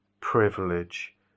privilege